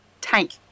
tank